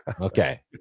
Okay